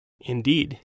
Indeed